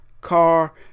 car